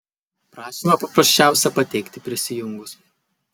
prašymą paprasčiausia pateikti prisijungus